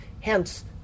hence